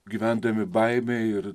gyvendami baimėje ir